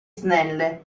snelle